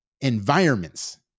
environments